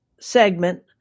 segment